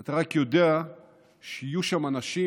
אתה רק יודע שיהיו שם אנשים